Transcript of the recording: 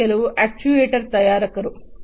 ಇವರು ಕೆಲವು ಅಕ್ಚುಯೆಟರ್ ತಯಾರಕರು